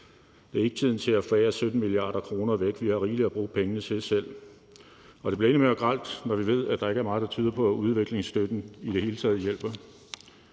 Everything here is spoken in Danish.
Det er ikke tiden til at forære 17 mia. kr. væk. Vi har rigeligt at bruge pengene til selv, og det bliver ikke mindre grelt, når vi ved, at der ikke er meget, der tyder på, at udviklingsstøtten i det hele taget hjælper.